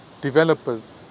developers